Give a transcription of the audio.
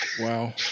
Wow